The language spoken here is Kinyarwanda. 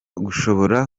gushobora